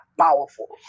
powerful